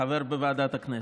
חבר בוועדת הכנסת.